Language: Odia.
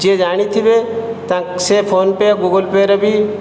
ଯିଏ ଜାଣିଥିବେ ସିଏ ଫୋନ୍ପେ ଗୁଗୁଲ୍ ପେରେ ବି